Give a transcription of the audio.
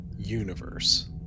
universe